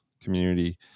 community